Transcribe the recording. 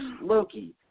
Loki